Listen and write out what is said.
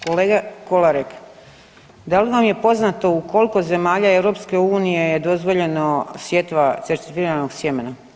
Kolega Kolarek, da li vam je poznato u koliko zemalja EU je dozvoljeno sjetva certificiranog sjemena?